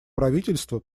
правительства